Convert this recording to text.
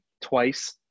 twice